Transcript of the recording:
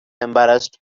embarrassed